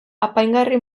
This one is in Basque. apaingarri